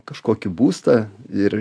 kažkokį būstą ir